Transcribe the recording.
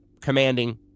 commanding